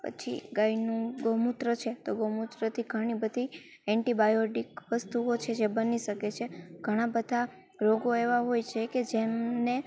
પછી ગાયનું ગૌમુત્ર છે તો ગૌમુત્રથી ઘણી બધી એન્ટિબાયોટિક વસ્તુઓ છે જે બની શકે છે ઘણાં બધાં રોગો એવાં હોય છે કે જેમને